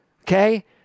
Okay